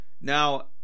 Now